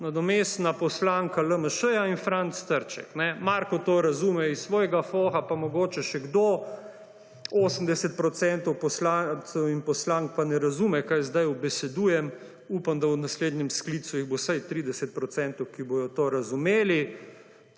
nadomestna poslanka LMŠ in Franc Trček. Marko to razume iz svojega foha, pa mogoče še kdo, 80 % poslank in poslancev pa ne razume, kaj zdaj ubesedujem; upam, da jih bo v naslednjem sklicu vsaj 30 %, ki bodo to razumeli.